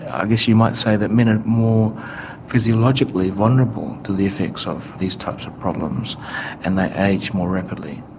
i guess you might say that men are more physiologically vulnerable to the effects of these types of problems and they age more rapidly.